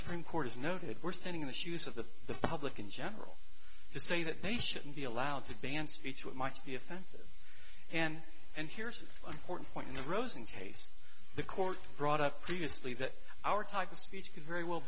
supreme court is noted we're standing in the shoes of the public in general to say that they shouldn't be allowed to ban speech what might be offensive and and here's an important point in the rosen case the court brought up previously that our type of speech could very well